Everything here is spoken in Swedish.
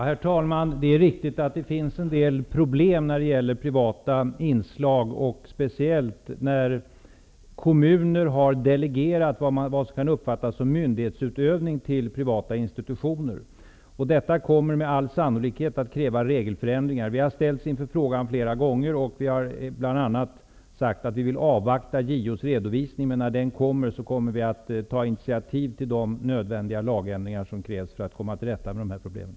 Herr talman! Det är riktigt att det finns en del probblem när det gäller privata inslag, speciellt när kommuner har delegerat vad som kan uppfattas som myndighetsutövning till privata institutioner. Detta kommer med all sannolikhet att kräva regelförändringar. Vi har ställts inför frågan flera gånger. Vi har bl.a. sagt att vi vill avvakta JO:s redovisning. Men när den kommer tar vi initiativ till de lagändringar som krävs för att komma till rätta med de här problemen.